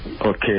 okay